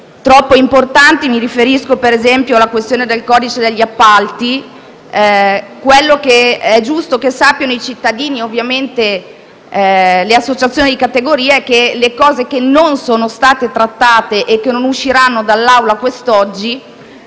troppo importanti: mi riferisco ad esempio alla questione del codice degli appalti. Quello che è giusto che sappiano i cittadini e le associazioni di categoria è che i temi che non sono stati trattati e che non saranno esaminati oggi